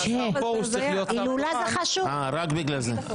מאחר והשר פרוש צריך להיות --- אה, רק בגלל זה.